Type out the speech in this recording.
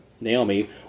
Naomi